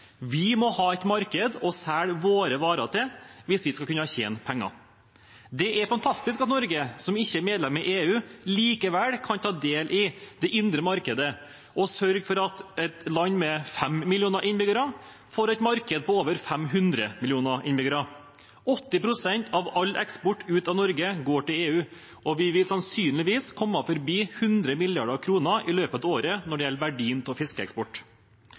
vi må ha et marked å selge våre varer til hvis vi skal kunne tjene penger. Det er fantastisk at Norge, som ikke er medlem i EU, likevel kan ta del i det indre markedet og sørge for at et land med 5 millioner innbyggere får et marked på over 500 millioner innbyggere. 80 pst. av all eksport ut av Norge går til EU, og vi vil sannsynligvis passere 100 mrd. kr i løpet av året når det gjelder verdien av fiskeeksport.